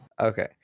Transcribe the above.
Okay